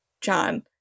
John